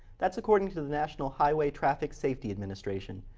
that's according to the national highway traffic safety administration.